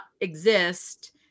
exist